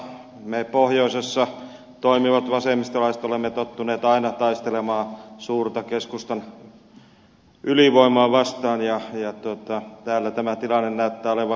me pohjoisessa toimivat vasemmistolaiset olemme tottuneet aina taistelemaan suurta keskustan ylivoimaa vastaan ja täällä tämä tilanne näyttää olevan hyvin tuttu